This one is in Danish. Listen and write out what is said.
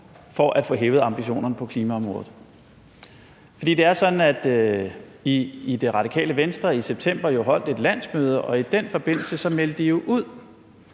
for at få hævet ambitionerne på klimaområdet. For det er jo sådan, at man i Det Radikale Venstre i september holdt et landsmøde og i den forbindelse meldte ud,